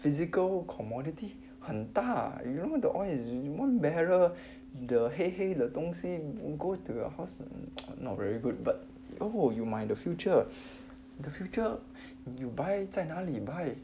physical commodity 很大 you know the oil is you one barrel the 黑黑的东西 go to your house not very good but oh you 买 the future the future you buy 在哪里 buy